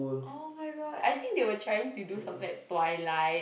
[oh]-my-God I think they were trying to do something like twilight